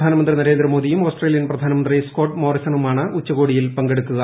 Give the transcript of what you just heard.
പ്രധാനമന്ത്രി നരേന്ദ്രമോദിയും ഓസ്ട്രേലിയൻ പ്രധാനമന്ത്രി സ്കോട്മോറിസണുമാണ് ഉച്ചകോടിയിൽ പങ്കെടുക്കുക